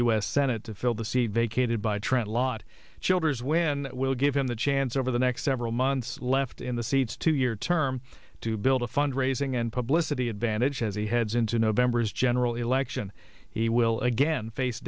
s senate to fill the seat vacated by trent lott childers when will give him the chance over the next several months left in the seats two year term to build a fundraising and publicity advantage as he heads into november's general election he will again face